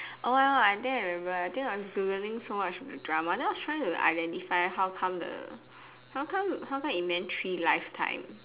oh my God I think I remember I think I was Googling so much of the drama then I was trying to identify how come the how come how come it meant three life time